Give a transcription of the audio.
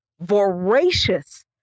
voracious